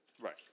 Right